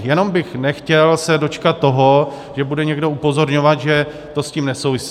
Jenom bych nechtěl se dočkat toho, že bude někdo upozorňovat, že to s tím nesouvisí.